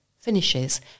finishes